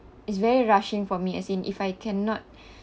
it's very rushing for me as in if I cannot